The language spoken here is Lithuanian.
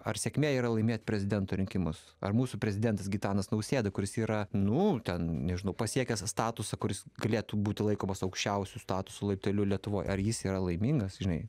ar sėkmė yra laimėt prezidento rinkimus ar mūsų prezidentas gitanas nausėda kuris yra nu ten nežinau pasiekęs statusą kuris galėtų būti laikomas aukščiausiu statusu laipteliu lietuvoj ar jis yra laimingas žinai